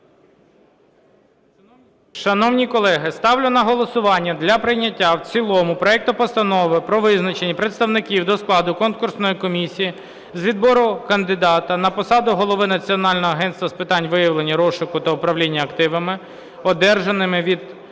Шановні колеги, ставлю на голосування для прийняття в цілому проекту Постанови про визначення представників до складу конкурсної комісії з відбору кандидата на посаду Голови Національного агентства з питань виявлення, розшуку та управління активами, одержаними від